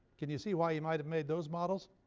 can you see why he might have made those models?